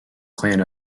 clan